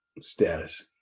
status